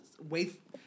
wait